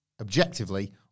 objectively